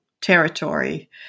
territory